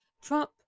Trump